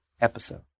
episode